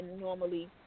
normally